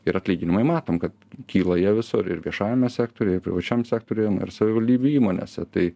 ir atlyginimai matom kad kyla jie visur ir viešajame sektoriuj ir privačiam sektoriuje na ir savivaldybių įmonėse tai